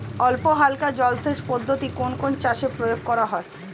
অল্পহালকা জলসেচ পদ্ধতি কোন কোন চাষে প্রয়োগ করা হয়?